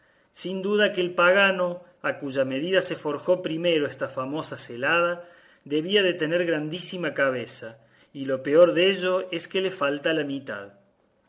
sin duda que el pagano a cuya medida se forjó primero esta famosa celada debía de tener grandísima cabeza y lo peor dello es que le falta la mitad